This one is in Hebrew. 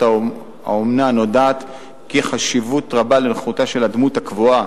האומנה נודעת חשיבות רבה לנוכחותה של הדמות הקבועה,